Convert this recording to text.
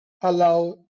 allow